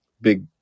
big